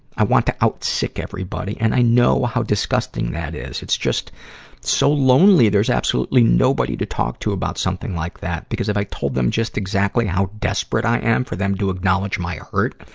i want to outsick everybody, and i know how disgusting that is. it's just so lonely. there's absolutely nobody to talk to about something like that, because if i told just exactly how desperate i am for them to acknowledge my hurt,